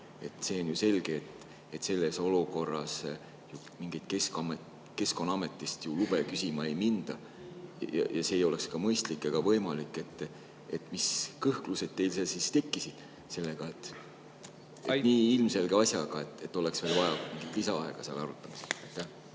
On ju selge, et selles olukorras Keskkonnaametist lube küsima ei minda, see ei oleks ka mõistlik ega võimalik. Mis kõhklused teil siis tekkisid selle nii ilmselge asjaga, et oleks vaja lisaaega selle arutamiseks?